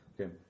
okay